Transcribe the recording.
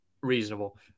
reasonable